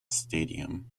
stadium